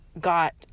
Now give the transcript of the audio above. got